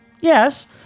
Yes